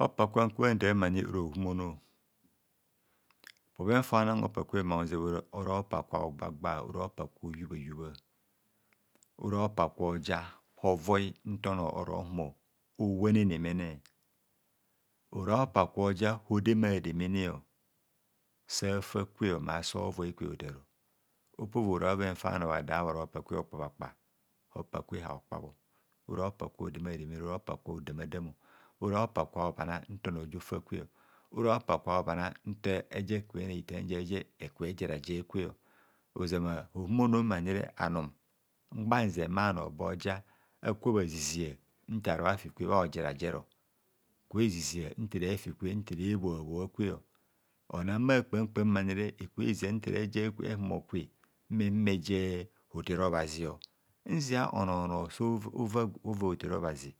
Opa kwa nka ntar mmani ora ohumono bhoven fa bhona hopa kwem mma hunze ora. ora hopa kwa ho gbagba, ora hopa kwa hohubha hubha, ora hopa kwa oja hovoi nta onor oro humo kwe owane ne mene ora hopa kwoja hodema demene sa fa kwe, ma so voi kwe hotaro opo vo ra bhoven fa bha ro hopa kwe hokpa bha kpa hopa kwe haokpa bho ora hopa kwa hodema demene ora hopa kwa hodamadam ora hopa kwa hobhana nta onor ojo fa kwe ora hopa kwa hobhana nta eje kubho ena itam je je kubho hejera je kwe ozama ohumono mmanire anum gbanze bhanor boja aka bhazi zia nta ara bhafi kwe bha hojera jero eka ezizia nta erefi kwe bha hobhoa bhua kwe ona bha kpamkpamanire eke zizia nta ere hubho kwe mma je hotere obhazio nzia onor nor so fa hotere obhazi